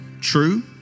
true